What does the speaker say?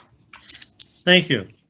thank you,